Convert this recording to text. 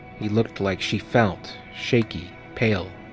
he looked like she felt shaky, pale,